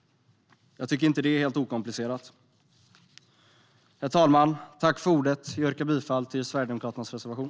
Jag tycker inte att det är helt okomplicerat. Herr talman! Jag yrkar bifall till Sverigedemokraternas reservation.